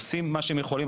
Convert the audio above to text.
עושים מה שהם רוצים.